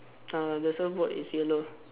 uh the surfboard is yellow